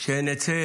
שנצא